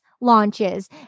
launches